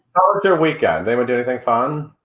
your weekend? anyone do anything fun?